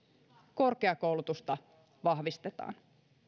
korkeakoulutusta vahvistetaan